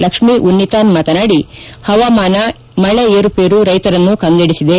ಲಕ್ಷ್ಮಿ ಉನ್ನಿತಾನ್ ಮಾತನಾಡಿ ಹವಾಮಾನ ಮಳಿ ಏರುಪೇರು ರೈತರನ್ನು ಕಂಗೆಡಿಸಿದೆ